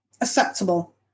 acceptable